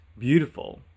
beautiful